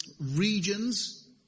regions